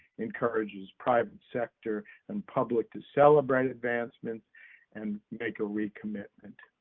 encourages private sector and public to celebrate advancements and make a recommitment.